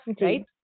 Right